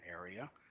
area